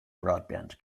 broadband